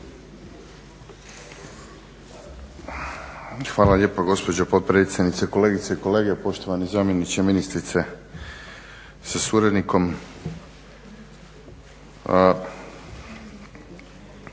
Hvala lijepo. Gospođo potpredsjednice, kolegice i kolege, poštovani zamjeniče ministrice sa suradnikom.